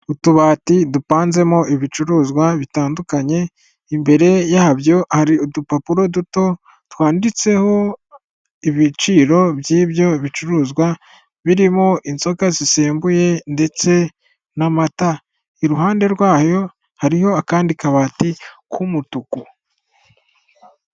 Utubati dupanzemo ibicuruzwa bitandukanye, imbere yabyo hari udupapuro duto twanditseho ibiciro by'ibyo bicuruzwa birimo inzoga zisembuye ndetse n'amata. Iruhande rwaho hariho akandi kabati k'umutuku.